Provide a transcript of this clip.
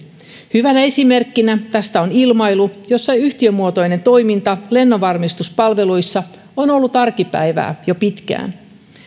hyvänä esimerkkinä tästä on ilmailu jossa yhtiömuotoinen toiminta lennonvarmistuspalveluissa on ollut arkipäivää jo pitkään